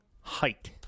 height